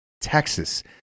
Texas